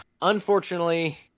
unfortunately